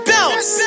Bounce